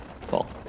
Fall